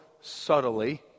subtly